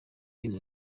ben